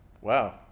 Wow